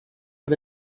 but